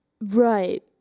right